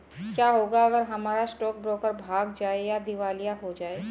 क्या होगा अगर हमारा स्टॉक ब्रोकर भाग जाए या दिवालिया हो जाये?